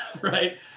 right